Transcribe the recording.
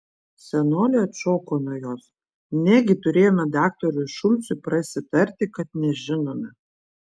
senolė atšoko nuo jos negi turėjome daktarui šulcui prasitarti kad nežinome